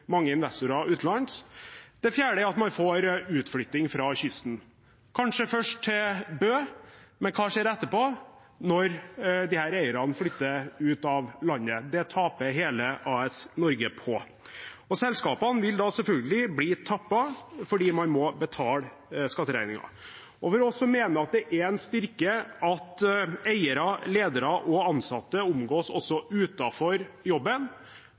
mange investorer utenlands. Det fjerde er at man får utflytting fra kysten – kanskje først til Bø. Men hva skjer etterpå, når disse eierne flytter ut av landet? Det taper hele AS Norge på. Selskapene vil da selvfølgelig bli tappet, fordi man må betale skatteregningen. For oss som mener at det er en styrke at eiere, ledere og ansatte omgås også utenfor jobben